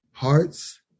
Hearts